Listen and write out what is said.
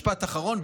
משפט אחרון.